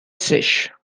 sèche